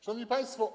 Szanowni Państwo!